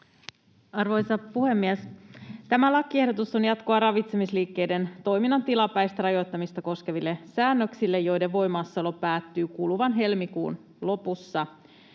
Arvoisa puhemies! Tämä lakiehdotus on jatkoa ravitsemisliikkeiden toiminnan tilapäistä rajoittamista koskeville säännöksille, joiden voimassaolo päättyy kuluvan helmikuun lopussa.